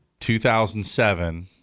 2007